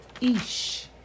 Ish